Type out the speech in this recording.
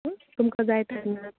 तुमकां जाय तेन्ना